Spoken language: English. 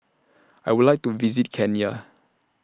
I Would like to visit Kenya